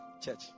church